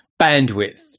bandwidth